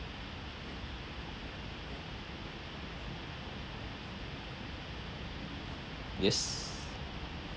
yes